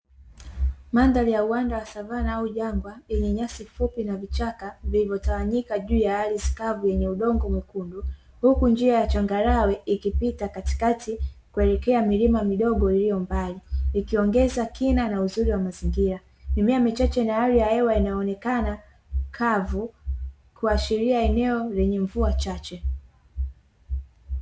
Mandhari ya uwanda wa savana au jangwa yenye nyasi fupi na vichaka, vilivyotawanyika juu ya ardhi kavu yenye udongo mwekundu huku njia ya changarawe ikipita katikati kuelekea milima midogo ilio mbali ikiongeza kina na uzuri wa mazingira mimea michache na hali ya hewa inaonekana kavu kuashiria eneo lenye mvua chache.